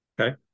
Okay